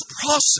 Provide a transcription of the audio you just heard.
process